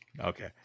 Okay